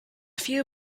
few